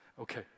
okay